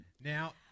Now